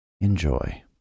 Enjoy